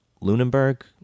Lunenburg